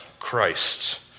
Christ